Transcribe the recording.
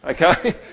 Okay